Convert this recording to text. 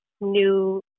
new